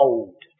Old